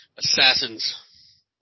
Assassins